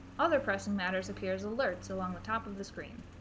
other pressing matters appear as alerts along the top of the screen.